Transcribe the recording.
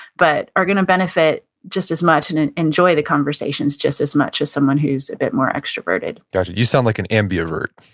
but are gonna benefit just as much and enjoy the conversations just as much as someone who's a bit more extroverted gotcha. you sound like an ambivert?